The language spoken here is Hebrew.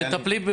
אני לא אכנס